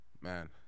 Man